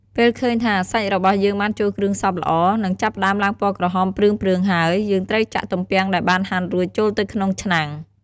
ពេលឃើញថាសាច់របស់យើងបានចូលគ្រឿងសព្វល្អ និងចាប់ផ្ដើមឡើងពណ៌ក្រហមព្រឿងៗហើយ យើងត្រូវចាក់ទំពាំងដែលបានហាន់រួចចូលទៅក្នុងឆ្នាំង។